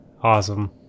awesome